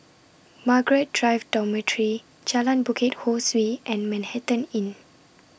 Margaret Drive Dormitory Jalan Bukit Ho Swee and Manhattan Inn